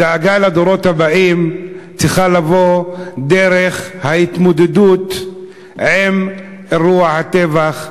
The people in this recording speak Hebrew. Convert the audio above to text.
הדאגה לדורות הבאים צריכה לבוא דרך ההתמודדות עם אירוע הטבח,